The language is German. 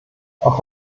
auch